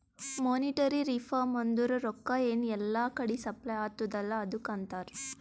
monetary reform ಅಂದುರ್ ರೊಕ್ಕಾ ಎನ್ ಎಲ್ಲಾ ಕಡಿ ಸಪ್ಲೈ ಅತ್ತುದ್ ಅಲ್ಲಾ ಅದುಕ್ಕ ಅಂತಾರ್